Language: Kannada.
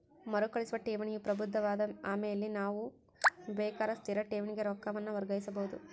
ಮರುಕಳಿಸುವ ಠೇವಣಿಯು ಪ್ರಬುದ್ಧವಾದ ಆಮೇಲೆ ನಾವು ಬೇಕಾರ ಸ್ಥಿರ ಠೇವಣಿಗೆ ರೊಕ್ಕಾನ ವರ್ಗಾಯಿಸಬೋದು